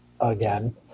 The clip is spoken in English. again